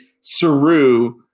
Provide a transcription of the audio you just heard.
Saru